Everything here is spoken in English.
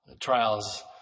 Trials